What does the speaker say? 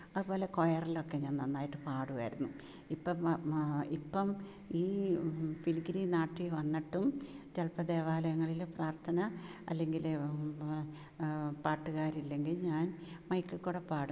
അതുപോലെ കൊയർലൊക്കെ ഞാൻ നന്നായിട്ട് പാടുവായിരുന്നു ഇപ്പം ഇപ്പം ഈ പിലിക്കിരിനാട്ടി വന്നിട്ടും ചിലപ്പോൾ ദേവാലയങ്ങളില് പ്രാർത്ഥനാ അല്ലെങ്കില് പാട്ടുകാരില്ലെങ്കിൽ ഞാൻ മൈക്കിൽ കൂടെ പാടും